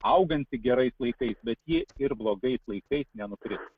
auganti gerais laikais bet ji ir blogais laikais nenukris